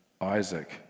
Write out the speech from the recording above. Isaac